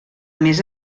més